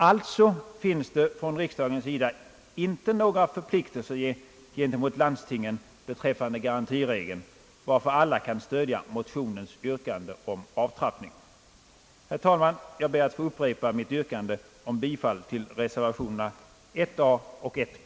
Alltså finns det från riksdagens sida inte några förpliktelser gentemot landstingen beträffande garantiregeln, varför alla kan stödja motionens yrkande om avtrappning. Herr talman, jag ber att få upprepa mitt yrkande om bifall till reservationerna a och b.